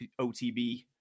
OTB